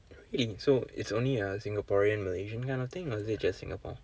wait so it's only a singaporean malaysian kind of thing or is it just Singapore